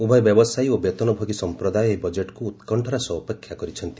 ଉଭୟ ବ୍ୟବସାୟୀ ଓ ବେତନଭୋଗୀ ସମ୍ପ୍ରଦାୟ ଏହି ବଜେଟ୍କୁ ଉତ୍କଶ୍ଚାର ସହ ଅପେକ୍ଷା କରିଛନ୍ତି